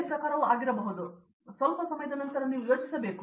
ಪ್ರತಾಪ್ ಹರಿದಾಸ್ ಸರಿ ಸ್ವಲ್ಪ ಸಮಯದ ನಂತರ ನೀವು ಯೋಚಿಸಬೇಕು